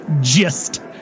gist